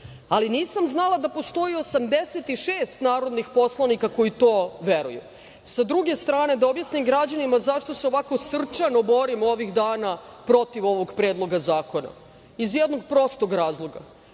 ali nisam znala da postoji 86 narodnih poslanika koji u to veruju. Sa druge strane da objasnim građanima zašto se ovako srčano borim ovih dana protiv ovog Predloga zakona. Iz jednog prostog razloga,